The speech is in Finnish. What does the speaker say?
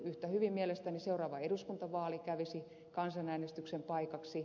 yhtä hyvin mielestäni seuraava eduskuntavaali kävisi kansanäänestyksen paikaksi